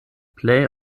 plej